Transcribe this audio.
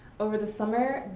over the summer,